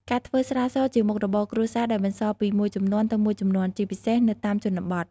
ការធ្វើស្រាសជាមុខរបរគ្រួសារដែលបន្សល់ពីមួយជំនាន់ទៅមួយជំនាន់ ជាពិសេសនៅតាមជនបទ។